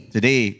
Today